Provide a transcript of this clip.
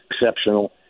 exceptional